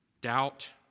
Doubt